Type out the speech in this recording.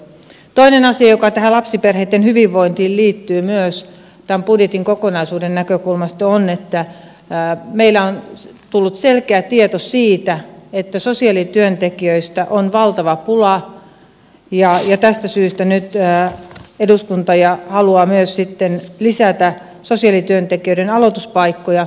toinen asia joka tähän lapsiperheitten hyvinvointiin liittyy myös tämän budjetin kokonaisuuden näkökulmasta on että meille on tullut selkeä tieto siitä että sosiaalityöntekijöistä on valtava pula ja tästä syystä nyt eduskunta haluaa myös sitten lisätä sosiaalityöntekijöiden aloituspaikkoja